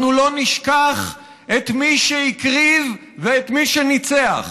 אנחנו לא נשכח את מי שהקריב ואת מי שניצח,